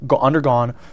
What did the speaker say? undergone